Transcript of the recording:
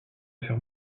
faire